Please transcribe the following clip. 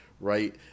right